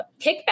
kickback